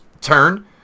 turn